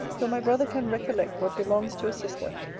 till my brother can recollect what belongs to a sister,